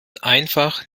einfach